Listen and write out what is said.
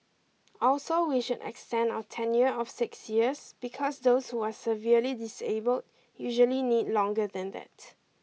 also we should extend our tenure of six years because those who are severely disabled usually need longer than that